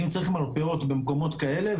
אם צריך מרפאות במקומות כאלה,